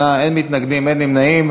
38 בעד, אין מתנגדים, אין נמנעים.